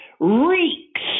reeks